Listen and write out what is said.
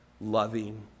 loving